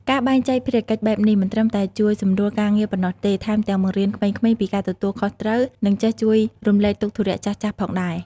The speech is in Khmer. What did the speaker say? ការបែងចែកភារកិច្ចបែបនេះមិនត្រឹមតែជួយសម្រួលការងារប៉ុណ្ណោះទេ ថែមទាំងបង្រៀនក្មេងៗពីការទទួលខុសត្រូវ និងចេះជួយរំលែកទុកធុរះចាស់ៗផងដែរ ។